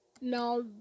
Now